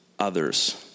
others